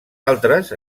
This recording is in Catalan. altres